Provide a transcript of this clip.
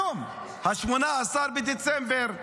היום 18 בדצמבר.